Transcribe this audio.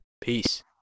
Peace